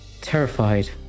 Terrified